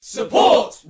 Support